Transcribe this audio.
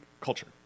culture